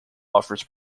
offers